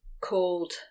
called